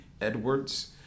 Edwards